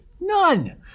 None